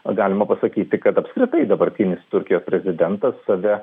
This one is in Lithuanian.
galima pasakyti kad apskritai dabartinis turkijos prezidentas save